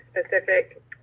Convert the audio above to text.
specific